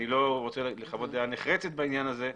אני לא רוצה לחוות דעה נחרצת בעניין הזה,